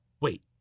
wait